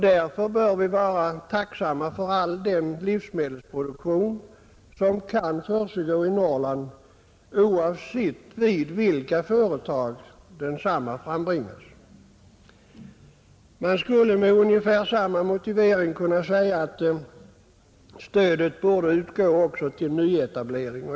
Därför bör vi vara tacksamma för all den livsmedelsproduktion som kan försiggå i Norrland, oavsett vid vilka företag den sker. Man skulle med ungefär samma motivering kunna säga att stödet också borde utgå till nyetablering.